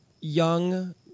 young